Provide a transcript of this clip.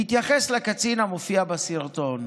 בהתייחס לקצין המופיע בסרטון,